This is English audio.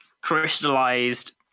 crystallized